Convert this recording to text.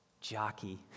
jockey